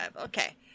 Okay